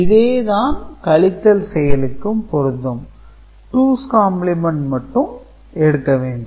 இதே தான் கழித்தல் செயலிக்கும் பொருந்தும் டூஸ் காம்பிளிமெண்ட் மட்டும் எடுக்க வேண்டும்